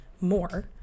more